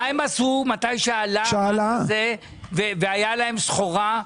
מה הם עשו מתי שעלה והייתה להם סחורה,